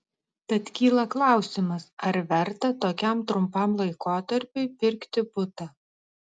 tad kyla klausimas ar verta tokiam trumpam laikotarpiui pirkti butą